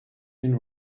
been